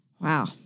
Wow